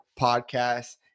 Podcast